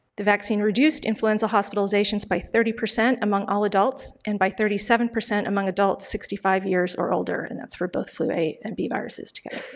the vaccine reduced influenza hospitalizations by thirty percent among all adults adults and by thirty seven percent among adults sixty five years or older and that's for both flu a and b viruses together.